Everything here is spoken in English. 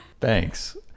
Thanks